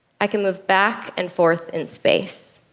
i can move back and forth in space.